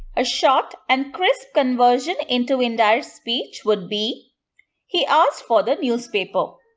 a short and crisp conversion into indirect speech would be he asked for the newspaper.